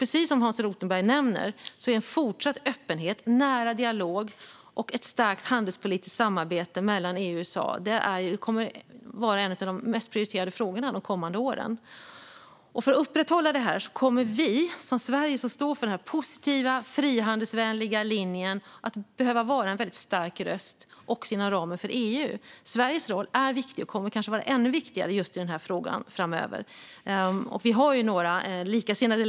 Precis som Hans Rothenberg nämner kommer fortsatt öppenhet, nära dialog och ett starkt handelspolitiskt samarbete mellan EU och USA att vara en av de mest prioriterade frågorna de kommande åren. För att upprätthålla detta kommer vi från Sveriges sida, som står för denna positiva, frihandelsvänliga linje, att behöva vara en väldigt stark röst också inom ramen för EU. Sveriges roll i denna fråga är viktig och kommer kanske framöver att vara ännu viktigare.